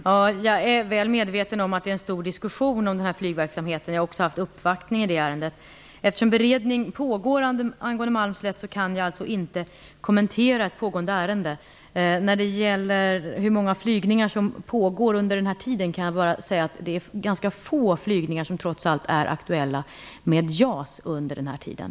Herr talman! Jag är väl medveten om att det är en stor diskussion om den här flygverksamheten. Jag har också haft en uppvaktning i det ärendet. Eftersom beredning pågår angående Malmslätt kan jag inte kommentera ett pågående ärende. Jag kan bara säga att det trots allt är ganska få flygningar som är aktuella med JAS under den här tiden.